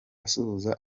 asuhuza